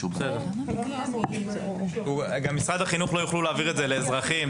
גם משרד החינוך לא יוכל להעביר את זה לאזרחי.